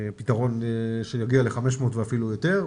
פתרון שיגיע ל-500 ואפילו ליותר.